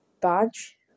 badge